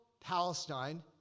Palestine